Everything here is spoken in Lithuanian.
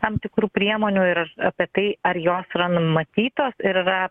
tam tikrų priemonių ir ir apie tai ar jos yra numatytos ir yra